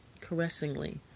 caressingly